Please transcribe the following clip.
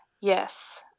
Yes